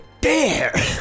dare